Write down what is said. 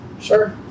Sure